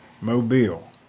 Mobile